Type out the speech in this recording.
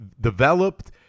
developed